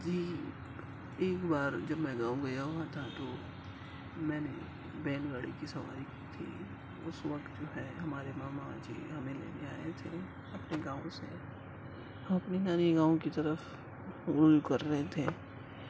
جی ایک بار جب میں گاؤں گیا ہوا تھا تو میں نے بیل گاڑی کی سواری کی تھی اس وقت جو ہے ہمارے ماما جی ہمیں لینے آئے تھے اپنے گاؤں سے ہم اپنی نانی کے گاؤں کی طرف رجوع کر رہے تھے